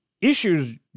issues